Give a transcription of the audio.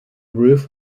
roof